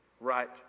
right